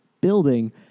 building